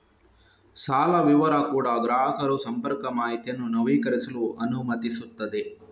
ಸಾಲ ವಿವರ ಕೂಡಾ ಗ್ರಾಹಕರು ಸಂಪರ್ಕ ಮಾಹಿತಿಯನ್ನು ನವೀಕರಿಸಲು ಅನುಮತಿಸುತ್ತದೆ